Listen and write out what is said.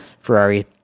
Ferrari